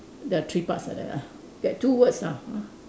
there are three parts like that ah get two words lah ah